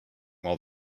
while